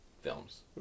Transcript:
films